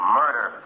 murder